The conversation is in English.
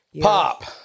Pop